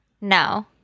No